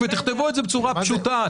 תכתבו את זה בצורה פשוטה.